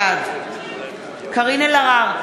בעד קארין אלהרר,